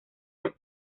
las